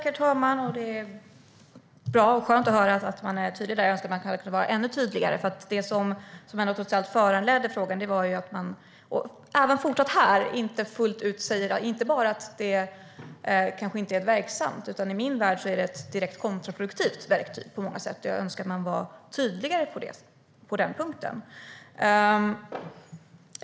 Herr talman! Det är bra och skönt att höra att man är tydlig där. Jag önskar att man hade kunnat vara ännu tydligare. Det som föranledde frågan var ju att man inte fullt ut säger att det inte är verksamt. I min värld är det ett direkt kontraproduktivt verktyg på många sätt, och jag önskar att man var tydligare på den punkten.